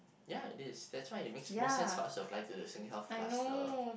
ya it is that's why it makes more sense plus you apply to the SingHealth faster